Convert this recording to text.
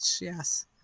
yes